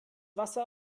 wasser